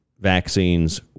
Vaccines